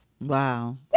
Wow